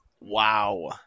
Wow